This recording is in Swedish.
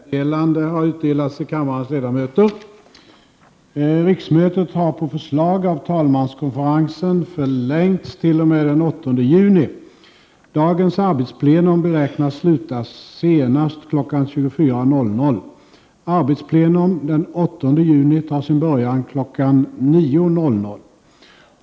Jag får meddela att följande meddelande har utdelats till kammarens ledamöter. Riksmötet har på förslag av talmanskonferensen förlängts t.o.m. den 8 juni. Dagens arbetsplenum beräknas sluta senast kl. 24.00. Arbetsplenum den 8 juni tar sin början kl. 09.00.